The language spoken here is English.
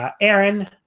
Aaron